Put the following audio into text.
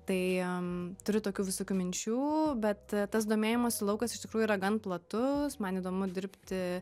tai turiu tokių visokių minčių bet tas domėjimosi laukas iš tikrųjų yra gan platus man įdomu dirbti